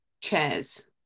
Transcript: chairs